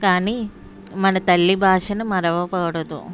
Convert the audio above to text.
కానీ మన తల్లి భాషను మరవకూడదు